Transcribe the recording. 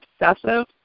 obsessive